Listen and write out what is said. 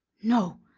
no,